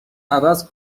عوض